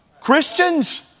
Christians